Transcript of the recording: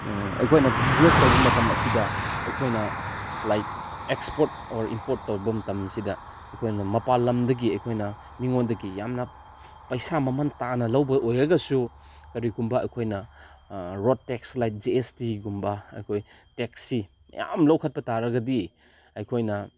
ꯑꯩꯈꯣꯏꯅ ꯕꯤꯖꯤꯅꯦꯁ ꯇꯧꯕ ꯃꯇꯝ ꯑꯁꯤꯗ ꯑꯩꯈꯣꯏꯅ ꯂꯥꯏꯛ ꯑꯦꯛꯁꯄꯣꯔꯠ ꯑꯣꯔ ꯏꯝꯄꯣꯔꯠ ꯇꯧꯕ ꯃꯇꯝꯁꯤꯗ ꯑꯩꯈꯣꯏꯅ ꯃꯄꯥꯜ ꯂꯝꯗꯒꯤ ꯑꯩꯈꯣꯏꯅ ꯃꯤꯉꯣꯟꯗꯒꯤ ꯌꯥꯝꯅ ꯄꯩꯁꯥ ꯃꯃꯟ ꯇꯥꯅ ꯂꯧꯕ ꯑꯣꯏꯔꯒꯁꯨ ꯀꯔꯤꯒꯨꯝꯕ ꯑꯩꯈꯣꯏꯅ road tax like G S ꯇꯤꯒꯨꯝꯕ ꯑꯩꯈꯣꯏ ꯇꯦꯛꯁꯁꯤ ꯃꯌꯥꯝ ꯂꯧꯈꯠꯄ ꯇꯥꯔꯒꯗꯤ ꯑꯩꯈꯣꯏꯅ